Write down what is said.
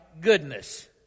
goodness